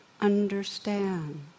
understand